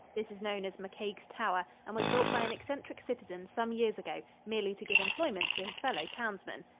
this is known as mccaig's tower and was built by an eccentric citizen some years ago merely to give employment to his fellow townsmen.